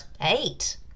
Eight